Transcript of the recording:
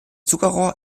zuckerrohr